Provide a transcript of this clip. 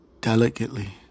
delicately